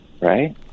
Right